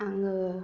आङो